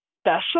Special